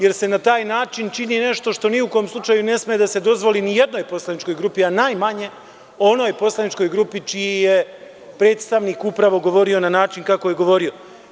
Jer, se na taj način čini nešto što ni u kom slučaju ne sme da se dozvoli nijednoj poslaničkoj grupi, a najmanje onoj poslaničkoj grupi čiji je predstavnik upravo govorio na način kako je govorio.